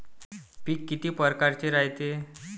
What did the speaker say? पिकं किती परकारचे रायते?